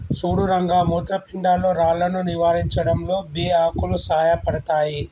సుడు రంగ మూత్రపిండాల్లో రాళ్లను నివారించడంలో బే ఆకులు సాయపడతాయి